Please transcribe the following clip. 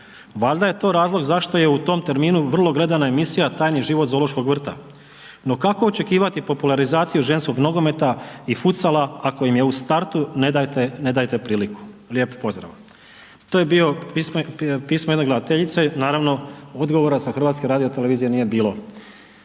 Valjda je to razlog zašto je u tom terminu vrlo gledana emisija „Tajni život zoološkog vrta“. No, kako očekivati popularizaciju ženskog nogometa i fucala ako im je u startu ne dajete, ne dajete priliku. Lijep pozdrav.“ To je bilo pismo jedne gledateljice. Naravno odgovora sa Hrvatske radiotelevizije nije bilo.